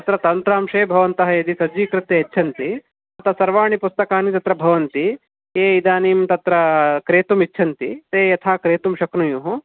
तत्र तन्त्रांशे भवन्तः यदि सज्जीकृत्य यच्छन्ति अतः सर्वाणि पुस्तकानि तत्र भवन्ति ते इदानीं तत्र क्रेतुमिच्छन्ति ते यथा क्रेतुं शक्नुयुः